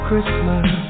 Christmas